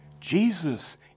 Jesus